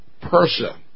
Persia